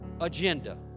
agenda